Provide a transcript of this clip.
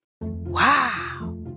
Wow